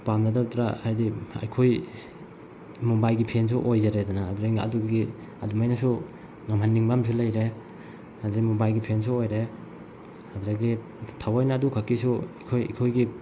ꯄꯥꯝꯅꯗꯕꯗꯨꯗ ꯍꯥꯏꯗꯤ ꯑꯩꯈꯣꯏ ꯃꯨꯝꯕꯥꯏꯒꯤ ꯐꯦꯟꯁꯨ ꯑꯣꯏꯖꯔꯦꯗꯅ ꯑꯗꯨꯗꯒꯤ ꯑꯗꯨꯗꯨꯒꯤ ꯑꯗꯨꯃꯥꯏꯅꯁꯨ ꯉꯝꯍꯟꯅꯤꯡꯕ ꯑꯃꯁꯨ ꯂꯩꯔꯦ ꯑꯗꯒꯤ ꯃꯨꯝꯕꯥꯏꯒꯤ ꯐꯦꯟꯁꯨ ꯑꯣꯏꯔꯦ ꯑꯗꯨꯗꯒꯤ ꯊꯑꯣꯏꯅ ꯑꯗꯨ ꯈꯛꯀꯤꯁꯨ ꯑꯩꯈꯣꯏ ꯑꯩꯈꯣꯏꯒꯤ